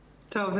טוב.